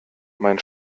mein